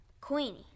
Queenie